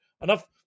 enough